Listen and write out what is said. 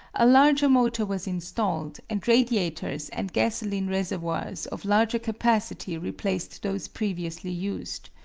a larger motor was installed, and radiators and gasoline reservoirs of larger capacity replaced those previously used.